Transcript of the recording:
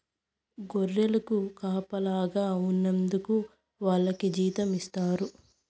గొర్రెలకు కాపలాగా ఉన్నందుకు వాళ్లకి జీతం ఇస్తారు